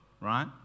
right